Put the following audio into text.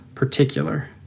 particular